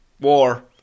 war